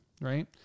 right